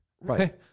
right